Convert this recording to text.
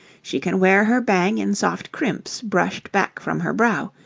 she can wear her bang in soft crimps brushed back from her brow,